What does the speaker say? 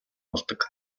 болдог